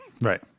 Right